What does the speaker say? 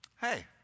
hey